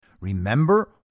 Remember